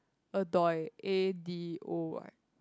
Adoy A_D_O_Y